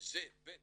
בין